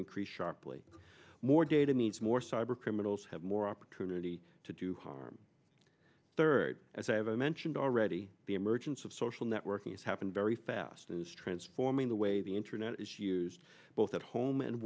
increase sharply more data needs more cyber criminals have more opportunity to do harm third as i have mentioned already the emergence of social networking as happened very fast and is transforming the way the internet is used both at home and